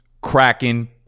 cracking